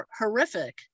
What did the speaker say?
horrific